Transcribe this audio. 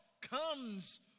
comes